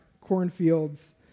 cornfields